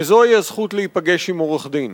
וזוהי הזכות להיפגש עם עורך-דין.